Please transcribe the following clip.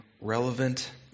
relevant